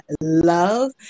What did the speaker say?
love